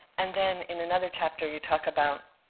and then in another chapter you talk about,